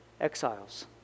exiles